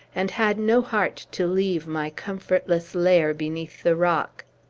and had no heart to leave my comfortless lair beneath the rock.